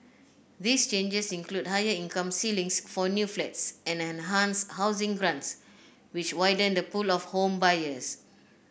these changes include higher income ceilings for new flats and enhanced housing grants which widen the pool of home buyers